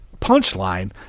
punchline